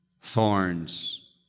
thorns